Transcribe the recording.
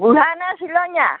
বুঢ়া নে শ্ৱিলঙীয়া